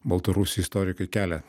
baltarusių istorikai kelia